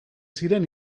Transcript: ziren